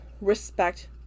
respect